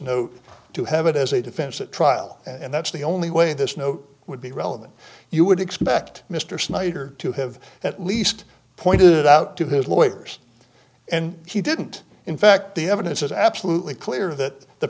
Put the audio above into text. note to have it as a defense at trial and that's the only way this note would be relevant you would expect mr snyder to have at least pointed out to his lawyers and he didn't in fact the evidence is absolutely clear that